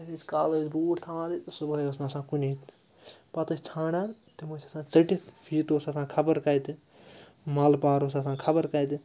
أسۍ ٲسۍ کالہٕ ٲسۍ بوٗٹھ تھاوان صُبحٲے اوس نہٕ آسان کُنی پَتہٕ ٲسۍ ژھانٛڈان تِم ٲسۍ آسان ژٔٹِتھ فیٖتہٕ اوس آسان خبر کَتہِ مَلہٕ پار اوس آسان خبر کَتہِ